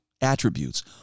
attributes